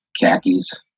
khakis